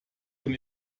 von